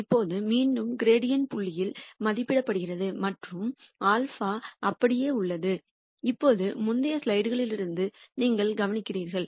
இப்போது மீண்டும் கிரீடியண்ட்புதிய புள்ளியில் மதிப்பிடப்படுகிறது மற்றும் α அப்படியே உள்ளது இப்போது முந்தைய ஸ்லைடுகளிலிருந்து நீங்கள் கவனிக்கிறீர்கள்